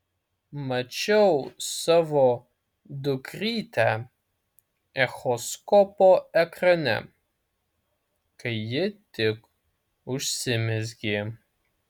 mačiau savo dukrytę echoskopo ekrane kai ji tik užsimezgė